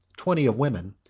twenty of women,